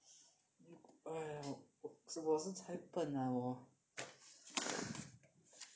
我是才笨 ah 我